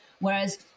whereas